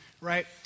right